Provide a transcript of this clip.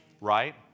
right